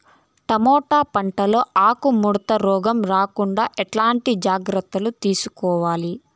Tomato పంట లో ఆకు ముడత రోగం రాకుండా ఎట్లాంటి జాగ్రత్తలు తీసుకోవాలి?